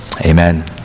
Amen